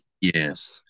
Yes